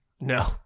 No